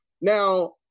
Now